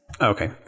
Okay